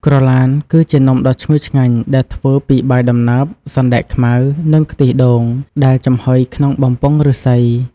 ក្រឡានគឺជានំដ៏ឈ្ងុយឆ្ងាញ់ដែលធ្វើពីបាយដំណើប សណ្តែកខ្មៅ និងខ្ទិះដូង ដែលចំហុយក្នុងបំពង់ឫស្សី។